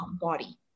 body